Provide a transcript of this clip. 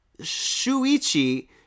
Shuichi